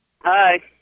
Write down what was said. Hi